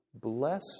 bless